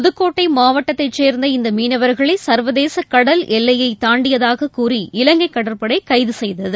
புதுக்கோட்டை மாவட்டத்தைச் சேர்ந்த இந்த மீனவர்களை சர்வதேச கடல் எல்லையை தாண்டியதாக கூறி இலங்கை கடற்படை கைது செய்தது